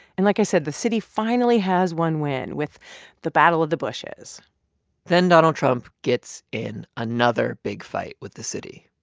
and like i said, the city finally has one win the battle of the bushes then donald trump gets in another big fight with the city